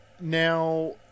Now